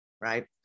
right